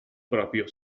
proprio